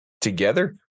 together